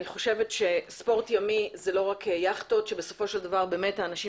אני חושבת שספורט ימי זה לא רק יכטות ובסופו של דבר מספר האנשים